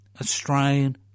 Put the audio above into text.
Australian